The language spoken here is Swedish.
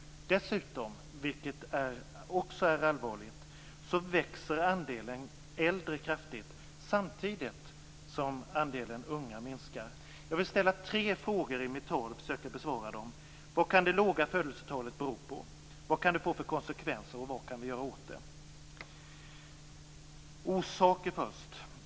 Dessutom, vilket också är allvarligt, växer andelen äldre kraftigt, samtidigt som andelen unga minskar. Jag vill ställa tre frågor i mitt tal: Vad kan det låga födelsetalet bero på? Vad kan det få för konsekvenser? Vad kan vi göra åt det? Orsakerna först.